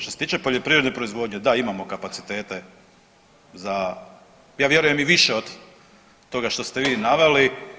Što se tiče poljoprivredne proizvodnje, da imamo kapacitete za, ja vjerujem i više od toga što ste vi naveli.